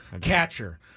Catcher